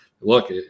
look